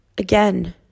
again